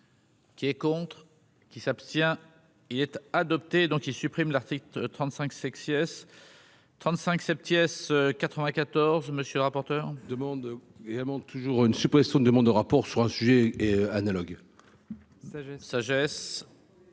qui est contre. Qui s'abstient, il était adopté, donc il supprime l'article 35 sexy Yes 35 Sepp Thiès 94, monsieur le rapporteur. Demande également toujours une suppression de demandes de rapport sur un sujet analogue. Sagesse